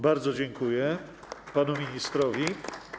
Bardzo dziękuję panu ministrowi.